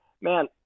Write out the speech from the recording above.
man